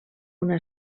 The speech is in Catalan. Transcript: una